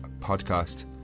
podcast